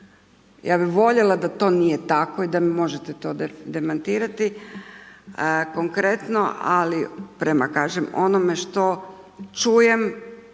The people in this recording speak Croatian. Ja bih voljela da to nije tako i da mi možete to demantirati. A konkretno, ali prema kažem onome što čujem